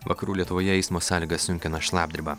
vakarų lietuvoje eismo sąlygas sunkina šlapdriba